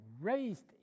raised